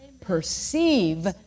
perceive